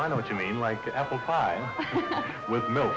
i know what you mean like apple pie with milk